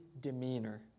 demeanor